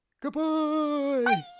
goodbye